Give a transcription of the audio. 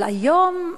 אבל היום,